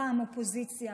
פעם אופוזיציה